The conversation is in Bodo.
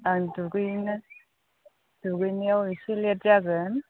आं दुगैनायाव एसे लेट जागोन